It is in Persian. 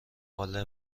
حال